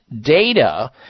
data